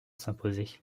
s’imposer